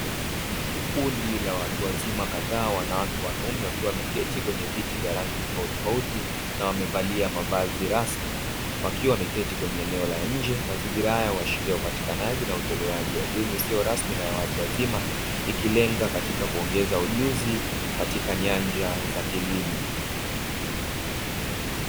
Kundi la watu wazima kadhaa wanawake kwa wanaume wakiwa wameketi kwenye viti vya rangi tofautitofauti na wamevalia mavazi rasmi wakiwa wameketi eneo la nje, mazingira hayo huashiria upatikanaji na utolewaji wa elimu isiyo rasmi na ya watu wazima ikilenga katika kuongeza ujuzi katika nyanja za kilimo.